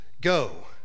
go